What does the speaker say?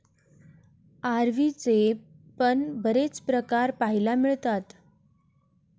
अरवीचे पण बरेच प्रकार पाहायला मिळतात